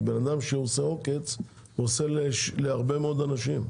כי בן אדם שעושה עוקץ הוא עושה להרבה מאוד אנשים.